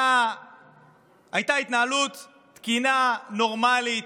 הייתה התנהלות תקינה, נורמלית,